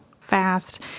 fast